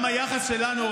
גם היחס שלנו,